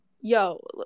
yo